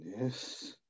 Yes